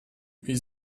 wie